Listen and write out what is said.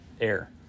air